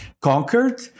conquered